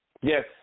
Yes